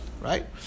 right